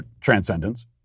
transcendence